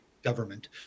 government